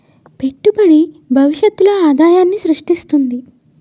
పెట్టుబడి భవిష్యత్తులో ఆదాయాన్ని స్రృష్టిస్తుంది